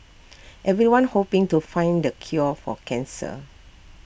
everyone's hoping to find the cure for cancer